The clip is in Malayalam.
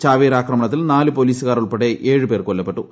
ചാവേർ ആക്രമണ ത്തിൽ നാല് പൊലീസുകാർ ഉൾപ്പെട്ട് ഏഴ് പേർ കൊല്ലപ്പെട്ടു